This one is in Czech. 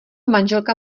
manželka